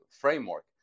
framework